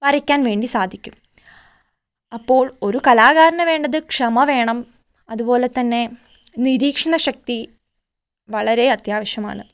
വരയ്ക്കാൻ വേണ്ടി സാധിക്കും അപ്പോൾ ഒരു കലാകാരന് വേണ്ടത് ക്ഷമ വേണം അതുപോലതന്നെ നിരീക്ഷണ ശക്തി വളരെ അത്യാവശ്യമാണ്